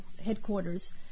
headquarters